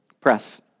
press